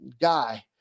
guy